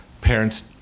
parents